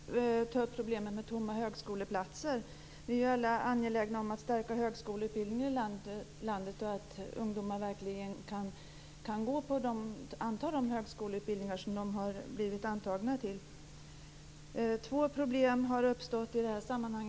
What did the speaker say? Herr talman! Jag vill ta upp problemet med tomma högskoleplatser. Vi är ju alla angelägna om att stärka högskoleutbildningen i landet och att ungdomar verkligen kan påbörja de högskoleutbildningar som de har blivit antagna till. Två problem har uppstått i detta sammanhang.